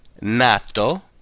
nato